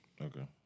Okay